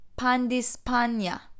Pandispanya